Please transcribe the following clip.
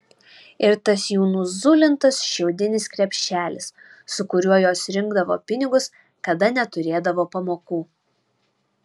ir tas jų nuzulintas šiaudinis krepšelis su kuriuo jos rinkdavo pinigus kada neturėdavo pamokų